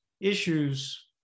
issues